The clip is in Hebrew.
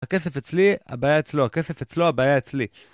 הכסף אצלי, הבעיה אצלו. הכסף אצלו, הבעיה אצלי.